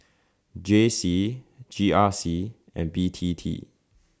J C G R C and B T T